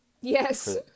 Yes